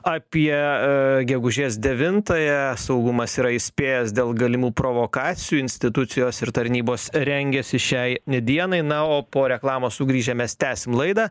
apie gegužės devintąją saugumas yra įspėjęs dėl galimų provokacijų institucijos ir tarnybos rengiasi šiai dienai na o po reklamos sugrįžę mes tęsim laidą